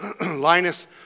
Linus